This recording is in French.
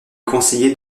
conseiller